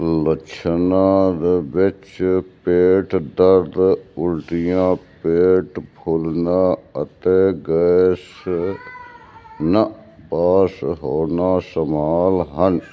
ਲੱਛਣਾਂ ਦੇ ਵਿੱਚ ਪੇਟ ਦਰਦ ਉਲਟੀਆਂ ਪੇਟ ਫੁੱਲਣਾ ਅਤੇ ਗੈਸ ਨਾ ਪਾਸ ਹੋਣਾ ਸ਼ਾਮਲ ਹਨ